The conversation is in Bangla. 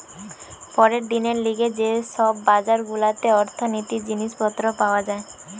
পরের দিনের লিগে যে সব বাজার গুলাতে অর্থনীতির জিনিস পত্র পাওয়া যায়